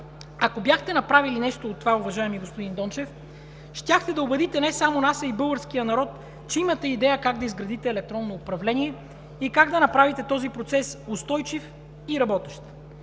Ако бяхте направи нещо от това, уважаеми господин Дончев, щяхте да убедите не само нас, а и българския народ, че имате идея как да изградите електронно управление и как да направите този процес устойчив и работещ.